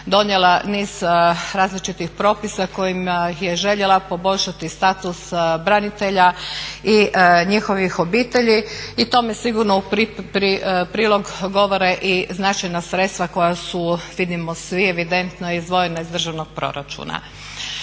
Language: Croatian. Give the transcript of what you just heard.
donijela niz različitih propisa kojima je željela poboljšati status branitelja i njihovih obitelji. I tome sigurno u prilog govore i značajna sredstva koja su vidimo svi evidentno izdvojena iz državnog proračuna.